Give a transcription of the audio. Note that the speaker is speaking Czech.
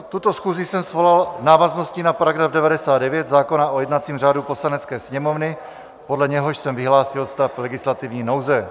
Tuto schůzi jsem svolal v návaznosti na § 99 zákona o jednacím řádu Poslanecké sněmovny, podle něhož jsem vyhlásil stav legislativní nouze.